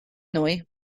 noi